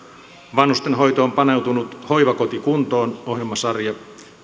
vanhustenhoitoon paneutunut hoivakoti kuntoon ohjelmasarja